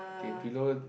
K below